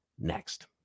next